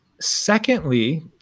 secondly